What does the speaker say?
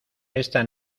esta